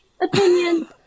opinion